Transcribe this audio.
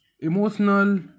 Emotional